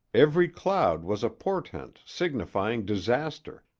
every cloud was a portent signifying disaster,